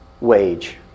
wage